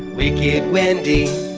wicked wendy.